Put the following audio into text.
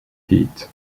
heat